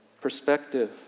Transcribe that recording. perspective